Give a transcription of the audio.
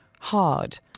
hard